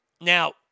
Now